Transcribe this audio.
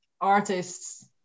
artists